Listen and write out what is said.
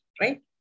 right